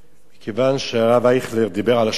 מכיוון שהרב אייכלר דיבר על השחורים